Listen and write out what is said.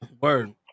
Word